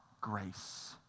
grace